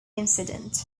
incident